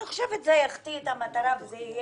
אני חושבת שזה יחטיא את המטרה וזה יהיה